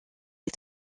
est